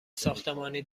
ساختمانی